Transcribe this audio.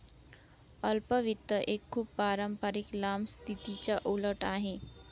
अल्प वित्त एक खूप पारंपारिक लांब स्थितीच्या उलट आहे